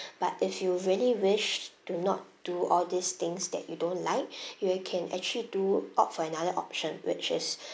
but if you really wish to not do all these things that you don't like you can actually do opt for another option which is